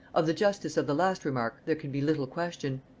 of the justice of the last remark there can be little question.